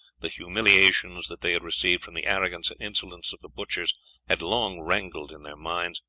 the humiliations that they had received from the arrogance and insolence of the butchers had long rankled in their minds,